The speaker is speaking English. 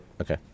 okay